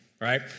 right